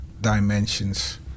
dimensions